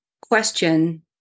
Question